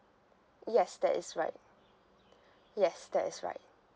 yes that is right yes that is right